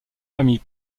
famille